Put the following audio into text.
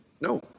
No